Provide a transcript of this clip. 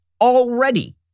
already